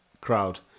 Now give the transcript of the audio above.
crowd